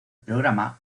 programa